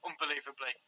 unbelievably